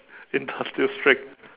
industrial strength